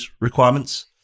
requirements